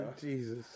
Jesus